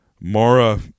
Mara